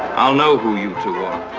i'll know who you two are.